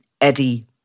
Eddie